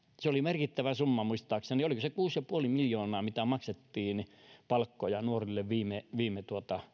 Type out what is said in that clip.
se oli merkittävä summa muistaakseni oliko se kuusi pilkku viisi miljoonaa mitä maksettiin palkkoja nuorille viime viime